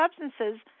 substances